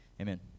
Amen